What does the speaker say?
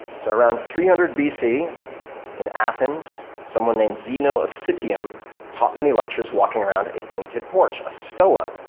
so around three hundred bc in athens, someone named zeno of citium taught many lectures walking around a painted porch, a stoa.